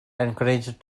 encouraged